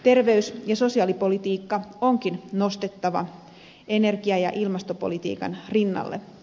terveys ja sosiaalipolitiikka onkin nostettava energia ja ilmastopolitiikan rinnalle